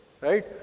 right